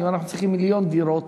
אם אנחנו צריכים מיליון דירות,